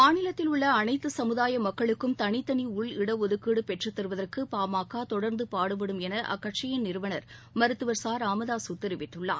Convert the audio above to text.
மாநிலத்தில் உள்ள அனைத்து சமுதாய மக்களுக்கும் தனித்தனி உள் இடஒதுக்கீடு பெற்றுத் தருவதற்கு பாமக தொடர்ந்து பாடுபடும் என அக்கட்சியின் நிறுவனர் மருத்துவர் ச ராமதாசு தெரிவித்துள்ளார்